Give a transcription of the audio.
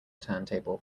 turntable